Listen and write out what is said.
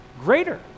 greater